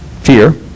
Fear